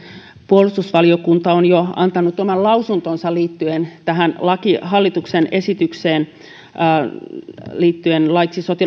puolustusvaliokunta on jo antanut oman lausuntonsa liittyen tähän hallituksen esitykseen laeiksi